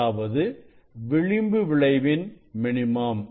அதாவது விளிம்பு விளைவின் மினிமம்